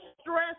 Stress